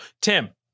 Tim